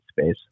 space